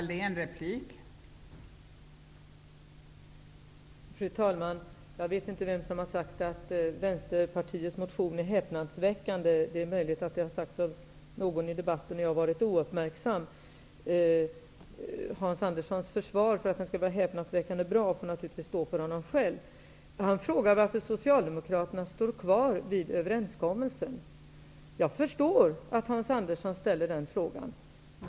Fru talman! Jag vet inte vem som har sagt att Vänsterpartiets motioner är häpnadsväckande. Det är möjligt att det har sagts av någon i debatten när jag har varit ouppmärksam. Hans Anderssons försvar för att de skall vara häpnadsväckande bra får naturligtvis stå för honom själv. Hans Andersson frågar varför Socialdemokraterna står fast vid överenskommelsen. Jag förstår varför Hans Andersson ställer den frågan.